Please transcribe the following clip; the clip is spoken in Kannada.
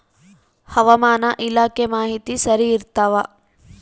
ಹವಾಮಾನ ಇಲಾಖೆ ಮಾಹಿತಿ ಸರಿ ಇರ್ತವ?